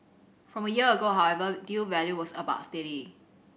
from a year ago however deal value was about steady